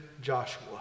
Joshua